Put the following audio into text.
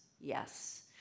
Yes